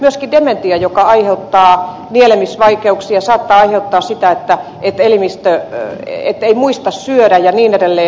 myöskin dementia joka aiheuttaa nielemisvaikeuksia saattaa aiheuttaa sitä ettei muista syödä ja niin edelleen